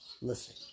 listen